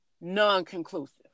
non-conclusive